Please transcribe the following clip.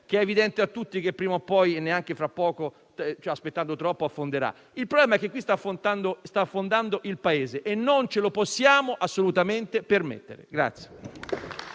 che è evidente a tutti che, prima o poi - neanche aspettando troppo - affonderà. Il problema è che sta affondando il Paese e non ce lo possiamo assolutamente permettere.